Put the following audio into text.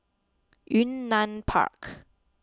Yunnan Park